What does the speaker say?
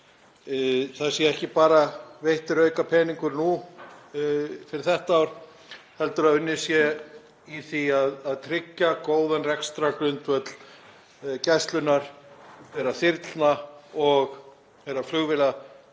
það sé ekki bara veittur aukapeningur nú fyrir þetta ár heldur að unnið sé í því að tryggja góðan rekstrargrundvöll Gæslunnar, þeirra þyrlna og þeirra flugvéla